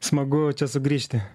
smagu čia sugrįžti